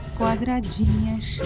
quadradinhas